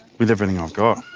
with everything i've got.